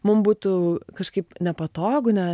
mum būtų kažkaip nepatogu ne